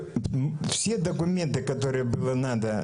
יותר מ-1000 טפסים, ועד היום לא קיבלנו שום תשובה.